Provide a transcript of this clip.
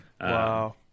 wow